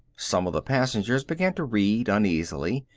some of the passengers began to read uneasily,